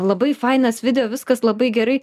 labai fainas video viskas labai gerai